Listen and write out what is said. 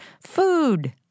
food